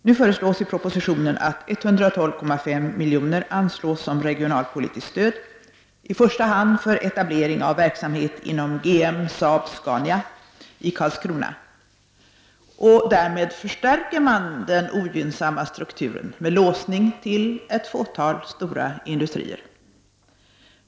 Nu föreslås i propositionen att 112,5 milj.kr. anslås som regionalpolitiskt stöd, i första hand för etablering av verksamhet inom GM Saab-Scania i Karlskrona. Därmed förstärker man den ogynnsamma strukturen med låsning till ett fåtal stora industrier.